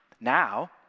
Now